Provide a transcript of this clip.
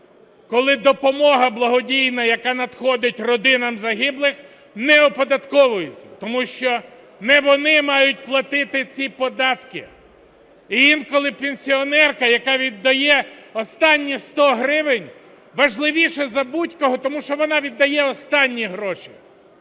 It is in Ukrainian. коли допомога благодійна, яка надходить родинам загиблих, не оподатковується, тому що не вони мають платити ці податки. І інколи пенсіонерка, яка віддає останні 100 гривень, важливіша за будь-кого, тому що вона віддає останні гроші.